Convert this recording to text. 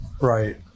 Right